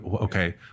okay